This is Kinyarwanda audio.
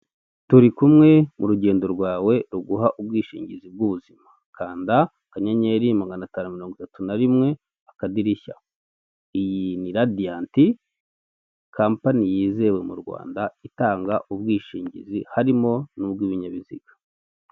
Turi kumwe mu rugendo rwawe ruguha ubwishingizi bw'ubuzima. Kanda akanyeyeri magana atanu mirongo itatu na rimwe, akadirishya. Iyi ni Radiyanti, kampani yizewe mu Rwanda itanga ubwishingizi, harimo n'ubw'ibinyabiziga.